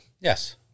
Yes